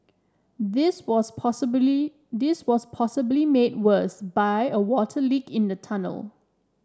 this was possibly this was possibly made worse by a water leak in the tunnel